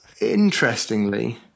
Interestingly